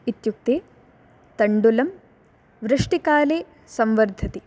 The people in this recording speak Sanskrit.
इत्युक्ते तण्डुलं वृष्टिकाले संवर्धते